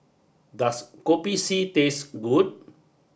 does Kopi C taste good